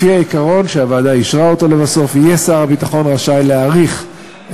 לפי העיקרון שהוועדה אישרה לבסוף יהיה שר הביטחון רשאי להאריך את